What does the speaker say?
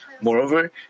Moreover